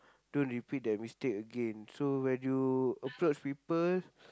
don't repeat that mistake again so when you approach people